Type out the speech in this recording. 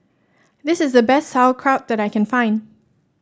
this is the best Sauerkraut that I can find